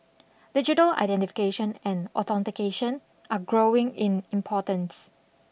digital identification and authentication are growing in importance